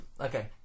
Okay